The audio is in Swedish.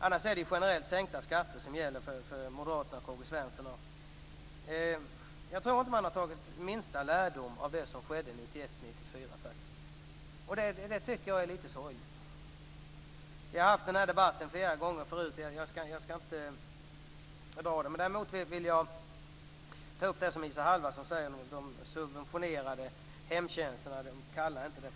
Annars är det generellt sänkta skatter som gäller för moderaterna och K-G Svenson. Jag tror faktiskt inte att man har dragit den minsta lärdom av det som skedde 1991-94. Det tycker jag är litet sorgligt. Men den debatten har vi haft flera gånger förut. Jag skall inte dra den. Däremot vill jag ta upp det som Isa Halvarsson säger om de subventionerade hemtjänsterna - även om hon inte kallar dem så.